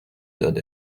داده